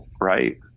right